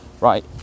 Right